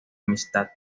amistad